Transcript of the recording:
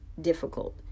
difficult